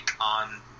on